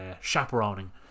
chaperoning